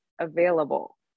available